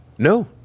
No